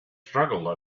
struggle